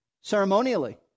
ceremonially